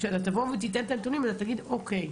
כשאתה תבוא ותיתן את הנתונים תגיד: אוקיי,